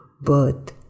birth